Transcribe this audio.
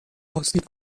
بازدید